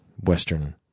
Western